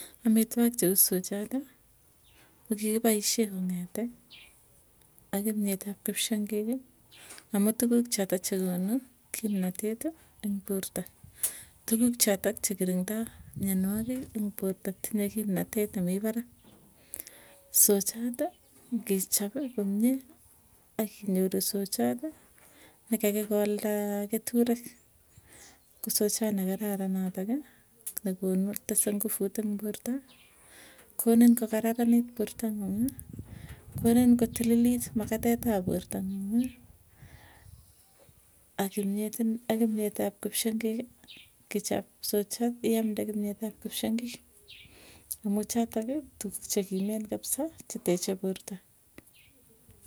Amitwok cheu sochoti ko kikipaisyee kong'ete ak kimyet ap kipsyongiki amuu tuguk choto chekonu kimnateti, eng porta, tukuk chotok chekirindoo mwianwagiik ing porta tinye kimnatet nemii parak. Sochati ngichap komie akinyoru komie sochat nekakikolda keturek, koo sachat ne kararan notoki nekonu tese nguvut ing porta, konin ko kararanit porta nguung'i. Konin kotililit makatet ap porta nguung, ak kimwet ap kipsyongiki kichap sochat iamde kimyet ap kipsyongik. Amuu chotoki tukuuk che kimen kabsa cheteche porta.